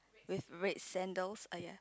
with red sandals oh ye